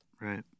Right